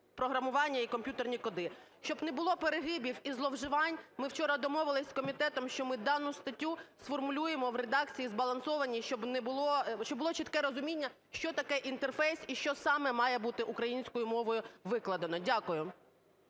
програмувань і комп'ютерні коди. Щоб не було перегибів і зловживань, ми вчора домовились з комітетом, що ми дану статтю сформулюємо в редакції збалансованій, щоб було чітке розуміння, що таке інтерфейс і що саме має бути українською мовою викладено. Дякую.